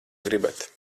gribat